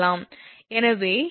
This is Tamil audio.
எனவே இது 8T மீது L சதுரமாகும்